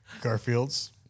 garfield's